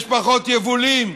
יש פחות יבולים,